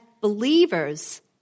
believers